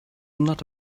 not